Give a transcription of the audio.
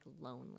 lonely